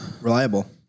Reliable